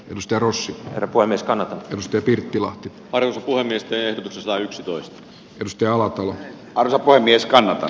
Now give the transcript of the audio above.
minusta rush rvo niskanen pystyi pirttilahti pari sivua pistein satayksitoista piste nolla nolla arto puhemies kannata